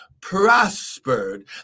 prospered